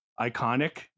iconic